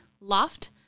Loft